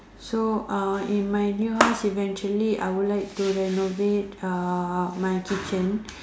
so uh in my new house eventually I would like to renovate uh my kitchen